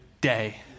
day